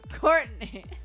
Courtney